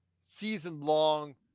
season-long